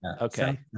Okay